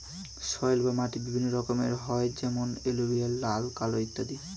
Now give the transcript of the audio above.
soil বা মাটি বিভিন্ন রকমের হয় যেমন এলুভিয়াল, লাল, কালো ইত্যাদি